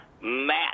Matt –